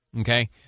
Okay